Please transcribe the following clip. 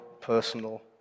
personal